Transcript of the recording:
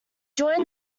joined